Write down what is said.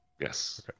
Yes